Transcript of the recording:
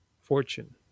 fortune